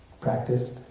practiced